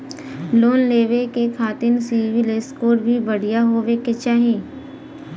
Loan लेवे के खातिन सिविल स्कोर भी बढ़िया होवें के चाही?